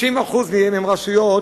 60% הן רשויות